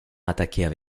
attaquaient